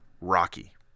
Rocky